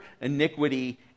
iniquity